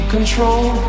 control